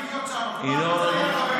ינון, ינון.